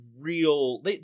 real